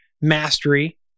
mastery